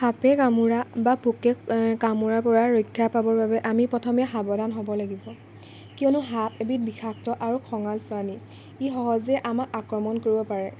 সাপে কামোৰা বা পোকে কামোৰাৰ পৰা ৰক্ষা পাবৰ বাবে আমি প্ৰথমে সাৱধান হ'ব লাগিব কিয়নো সাপ এবিধ বিষাক্ত আৰু খঙাল প্ৰাণী ই সহজে আমাক আক্ৰমণ কৰিব পাৰে